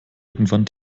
irgendwann